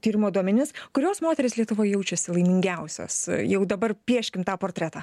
tyrimo duomenis kurios moterys lietuvoj jaučiasi laimingiausios jau dabar pieškim tą portretą